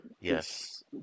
yes